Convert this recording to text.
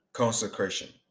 Consecration